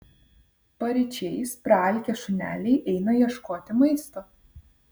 paryčiais praalkę šuneliai eina ieškoti maisto